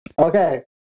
Okay